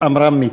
עמרם מצנע.